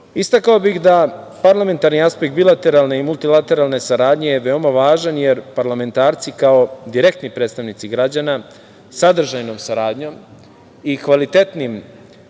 bih da parlamentarni aspekt bilateralne i multilateralne saradnje je veoma važan, jer parlamentarci kao direktni predstavnici građana, sadržajnom saradnjom i kvalitetnim